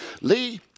Lee